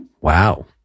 Wow